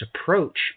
approach